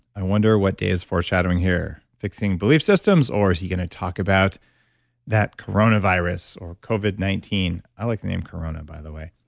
i wonder what dave's foreshadowing here. fixing belief systems, or is he going to talk about that coronavirus, covid nineteen. i like the name corona, by the way